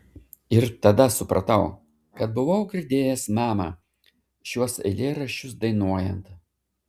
ir tada supratau kad buvau girdėjęs mamą šiuos eilėraščius dainuojant